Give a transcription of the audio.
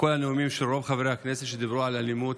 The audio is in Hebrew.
בכל הנאומים של רוב חברי הכנסת שדיברו על אלימות,